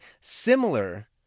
similar